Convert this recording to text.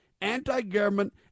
anti-government